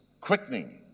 quickening